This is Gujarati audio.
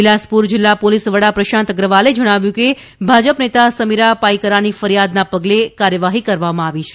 બિલાસપુર જિલ્લા પોલીસ વડા પ્રશાંત અગ્રવાલે જણાવ્યું કે ભાજપ નેતા સમીરા પાઇકરાની ફરીયાદના પગલે કાર્યવાહી કરવામાં આવી છે